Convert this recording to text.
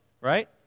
right